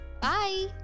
Bye